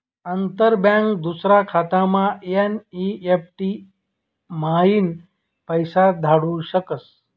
अंतर बँक दूसरा खातामा एन.ई.एफ.टी म्हाईन पैसा धाडू शकस